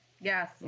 Yes